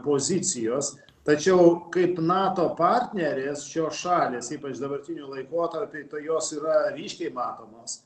pozicijos tačiau kaip nato partnerės šios šalys ypač dabartiniu laikotarpiu jos yra ryškiai matomos